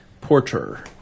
Porter